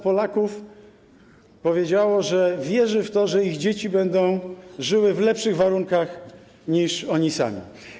Polaków powiedziało, że wierzy w to, że ich dzieci będą żyły w lepszych warunkach niż oni sami.